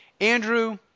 Andrew